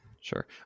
Sure